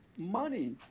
Money